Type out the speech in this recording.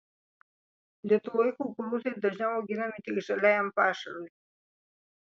lietuvoje kukurūzai dažniau auginami tik žaliajam pašarui